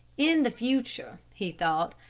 in the future, he thought,